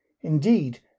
Indeed